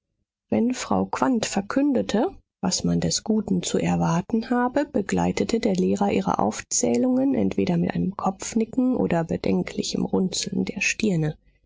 wenn frau quandt verkündigte was man des guten zu erwarten habe begleitete der lehrer ihre aufzählungen entweder mit einem kopfnicken oder bedenklichem runzeln der stirne